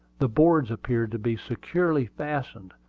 the boards appeared to be securely fastened,